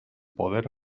poder